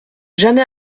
jamais